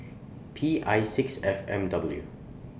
P I six F M W